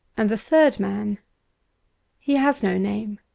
and the third man he has no name,